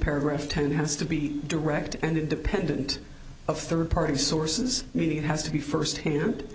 paragraph ten has to be direct and independent of third party sources meaning it has to be first hand